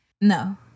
No